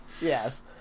Yes